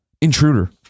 Intruder